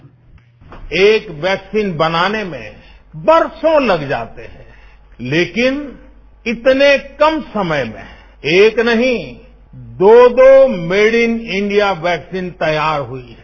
bite एक vaccine बनाने में बरसों लग जाते हैं लेकिन इतने कम समय में एक नहीं दो दो मेड इन इंडिया वैक्सीन तैयार हुई है